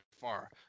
far